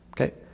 Okay